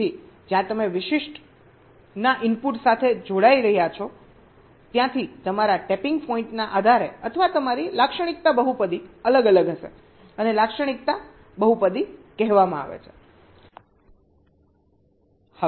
તેથી જ્યાં તમે વિશિષ્ટ ના ઇનપુટ સાથે જોડાઈ રહ્યા છો ત્યાંથી તમારા ટેપીંગ પોઈન્ટના આધારે અથવા તમારી લાક્ષણિકતા બહુપદી અલગ અલગ હશે આને લાક્ષણિકતા બહુપદી કહેવામાં આવે છે